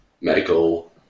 medical